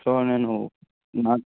so నేను నా